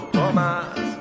Thomas